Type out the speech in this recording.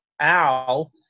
Al